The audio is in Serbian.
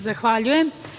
Zahvaljujem.